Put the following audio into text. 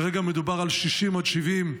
היות שכרגע מדובר על 60 עד 70,